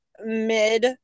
mid